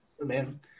man